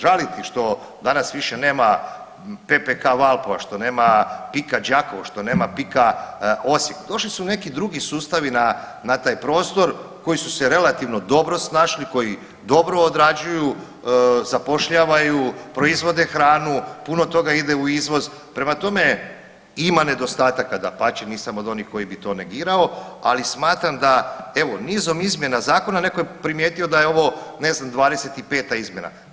Žaliti što danas više nema PPK Valpova, što nema PIK-a Đakovo, što nema PIK-a Osijek, došli su neki drugi sustavi na taj prostor koji su se relativno dobro snašli, koji dobro odrađuju, zapošljavaju, proizvode hranu, puno toga ide u izvoz, prema tome, ima nedostataka dapače, nisam od onih koji bi to negirao, ali smatram da evo nizom izmjena Zakona, netko je primijetio da je ovo, ne znam, 25. izmjena.